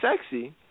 sexy